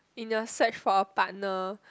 in your search for a partner